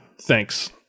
thanks